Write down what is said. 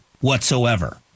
whatsoever